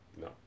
No